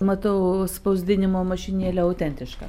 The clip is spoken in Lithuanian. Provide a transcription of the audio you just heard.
matau spausdinimo mašinėlė autentiška